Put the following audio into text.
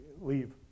leave